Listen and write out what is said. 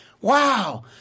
Wow